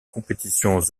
compétitions